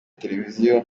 televiziyo